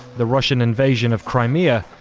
the russian invasion of crimea,